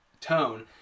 tone